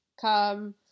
come